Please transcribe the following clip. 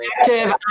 active